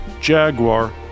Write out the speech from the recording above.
Jaguar